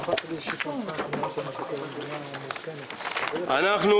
אנחנו